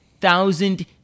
thousand